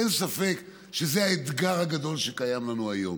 אין ספק שזה האתגר הגדול שקיים לנו היום.